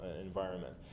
environment